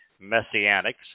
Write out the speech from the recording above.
Messianics